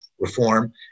reform